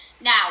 Now